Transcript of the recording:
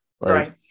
Right